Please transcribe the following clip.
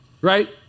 right